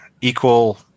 equal